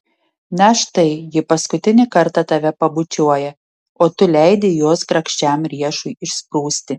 na štai ji paskutinį kartą tave pabučiuoja o tu leidi jos grakščiam riešui išsprūsti